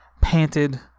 panted